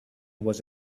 was